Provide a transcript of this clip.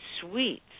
sweets